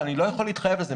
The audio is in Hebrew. אני לא יכול להתחייב לזה.